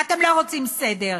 ואתם לא רוצים סדר,